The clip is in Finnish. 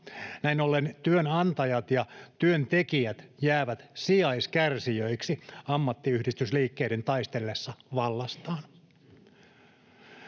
Näin ollen työnantajat ja työntekijät jäävät sijaiskärsijöiksi ammattiyhdistysliikkeiden taistellessa vallastaan.